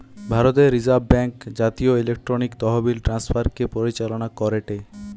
ভারতের reserve bank জাতীয় electronic তহবিল ট্রান্সফার কে পরিচালনা করেটে